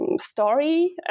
story